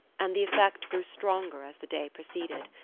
and the effect grew stronger as the day proceeded.